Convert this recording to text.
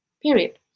Period